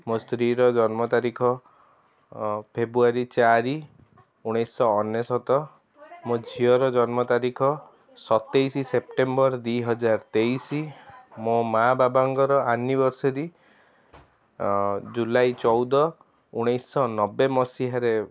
ମୋ ସ୍ତ୍ରୀର ଜନ୍ମ ତାରିଖ ଫେବୃଆରୀ ଚାରି ଉଣେଇଶହ ଅନେଶ୍ୱତ ମୋ ଝିଅର ଜନ୍ମ ତାରିଖ ସତେଇଶି ସେପ୍ଟେମ୍ବର୍ ଦୁଇ ହଜ଼ାର ତେଇଶି ମୋ ମାଆ ବାବାଙ୍କର ଆନିଭର୍ସରୀ ଜୁଲାଇ ଚଉଦ ଉଣେଇଶହ ନବେ ମସିହାରେ